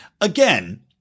Again